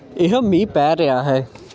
ਇਹ ਮੀਂਹ ਪੈ ਰਿਹਾ ਹੈ